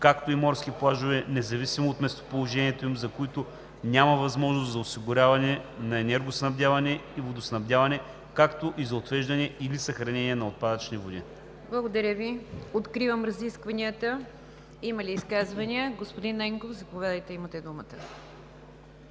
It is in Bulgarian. както и морски плажове, независимо от местоположението им, за които няма възможност за осигуряване на енергоснабдяване и водоснабдяване, както и за отвеждане или съхранение на отпадъчните води.“ ПРЕДСЕДАТЕЛ НИГЯР ДЖАФЕР: Откривам разискванията. Има ли изказвания? Господин Ненков, заповядайте имате думата.